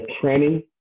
training